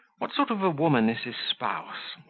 what sort of a woman is his spouse?